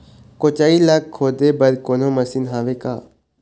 कोचई ला खोदे बर कोन्हो मशीन हावे का?